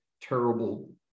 terrible